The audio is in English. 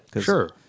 Sure